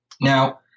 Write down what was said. Now